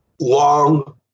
Long